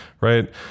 Right